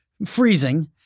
Freezing